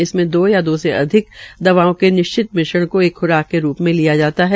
इसमें दो या दो अधिक अधिक दवाओं के निश्चित मिश्रण को एक ख्राक के रूप में लिया जाता है